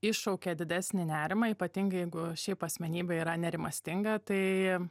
iššaukia didesnį nerimą ypatingai jeigu šiaip asmenybė yra nerimastinga tai